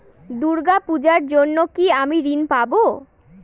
দূর্গা পূজার জন্য কি আমি ঋণ পাবো?